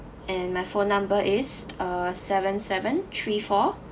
and my phone number is uh seven seven three four